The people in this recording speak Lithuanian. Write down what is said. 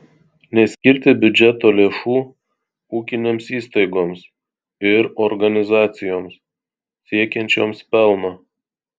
neskirti biudžeto lėšų ūkinėms įstaigoms ir organizacijoms siekiančioms pelno